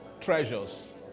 treasures